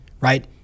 right